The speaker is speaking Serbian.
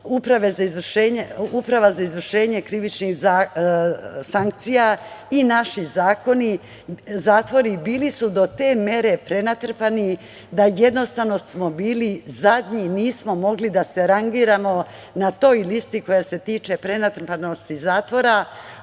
Uprava za izvršenje krivičnih sankcija i naši zatvori, bili do te mere prenatrpani da smo jednostavno bili zadnji i nismo mogli da se rangiramo na toj listi koja se tiče prenatrpanosti zatvora,